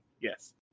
yes